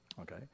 okay